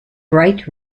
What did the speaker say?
bright